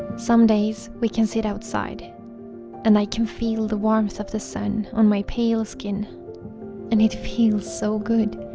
some days we can sit outside and i can feel the warmth of the sun on my pale skin and it feels so good.